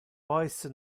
pois